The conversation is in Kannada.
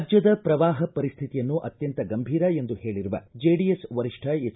ರಾಜ್ಞದ ಪ್ರವಾಹ ಪರಿಸ್ಥಿತಿಯನ್ನು ಅತ್ಯಂತ ಗಂಭೀರ ಎಂದು ಹೇಳಿರುವ ಜೆಡಿಎಸ್ ವರಿಷ್ಠ ಎಚ್